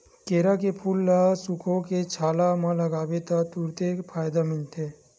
केरा के फूल ल सुखोके छाला म लगाबे त तुरते फायदा मिलथे